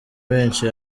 benshi